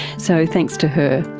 so thanks to her,